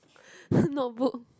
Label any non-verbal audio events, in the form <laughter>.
<breath> notebook